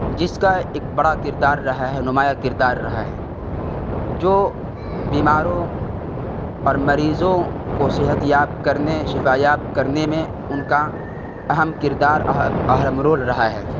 جس کا ایک بڑا کردار رہا ہے نمایاں کردار رہا ہے جو بیماروں اور مریضوں کو صحت یاب کرنے شفایاب کرنے میں ان کا اہم کردار اہم رول رہا ہے